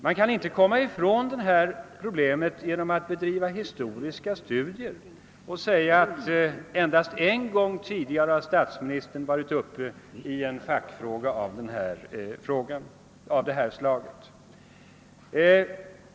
Det går inte att komma ifrån det problemet genom att bedriva historiska studier och sedan säga, att statsministern bara en gång tidigare har varit uppe i en fackfråga av detta slag.